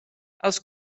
els